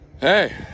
Hey